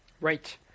Right